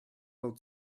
old